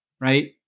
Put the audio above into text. right